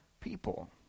people